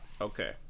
Okay